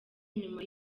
nyuma